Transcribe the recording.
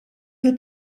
fil